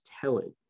telling